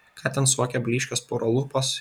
ką ten suokia blyškios puro lūpos